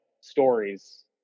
stories